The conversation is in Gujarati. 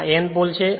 આ N પોલ છે